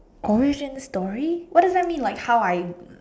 origin story what does that mean like how I